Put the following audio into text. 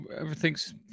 Everything's